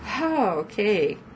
Okay